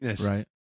Right